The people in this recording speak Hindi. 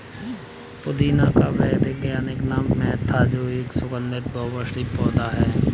पुदीने का वैज्ञानिक नाम मेंथा है जो एक सुगन्धित बहुवर्षीय पौधा है